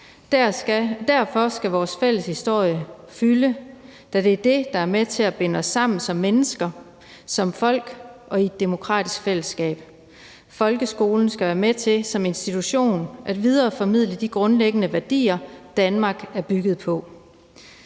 Derfor skal vores fælles historie fylde, da det er den, der er med til at binde os sammen som mennesker, som folk og i et demokratisk fællesskab. Folkeskolen skal være med til som institution at videreformidle de grundlæggende værdier, Danmark er bygget på.